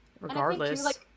regardless